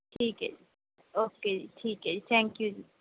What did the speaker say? ਠੀਕ ਹੈ ਜੀ ਓਕੇ ਜੀ ਠੀਕ ਹੈ ਜੀ ਥੈਂਕ ਯੂ ਜੀ